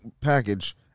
package